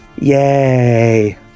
Yay